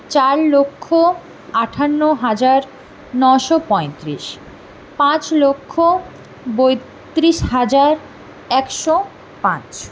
চার লক্ষ আটান্ন হাজার নয়শো পঁয়ত্রিশ পাঁচ লক্ষ বত্রিশ হাজার একশো পাঁচ